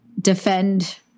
defend